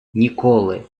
ніколи